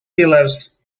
killers